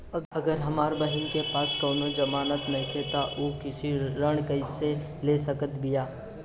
अगर हमार बहिन के पास कउनों जमानत नइखें त उ कृषि ऋण कइसे ले सकत बिया?